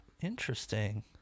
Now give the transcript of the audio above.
interesting